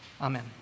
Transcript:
amen